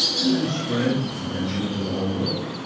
and then spread eventually to the whole world.